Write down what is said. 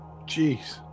Jeez